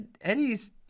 Eddie's